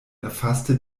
erfasste